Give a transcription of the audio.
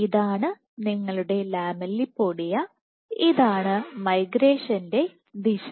ഇതാണ് നിങ്ങളുടെ ലാമെല്ലിപോഡിയ ഇതാണ് മൈഗ്രേഷൻറെ ദിശ